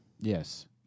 Yes